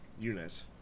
unit